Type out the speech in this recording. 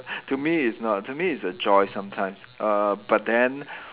to me it's not to me it's a joy sometimes err but then